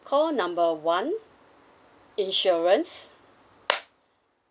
call number one insurance